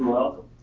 welcome.